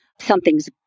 something's